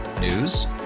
News